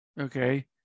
Okay